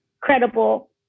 credible